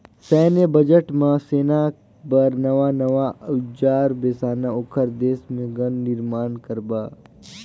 सैन्य बजट म सेना बर नवां नवां अउजार बेसाना, ओखर देश मे गन निरमान करबा